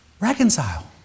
reconcile